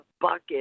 bucket